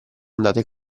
andate